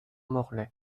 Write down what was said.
morlaix